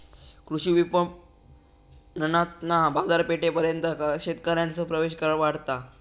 कृषी विपणणातना बाजारपेठेपर्यंत शेतकऱ्यांचो प्रवेश वाढता